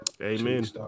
Amen